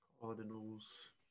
Cardinals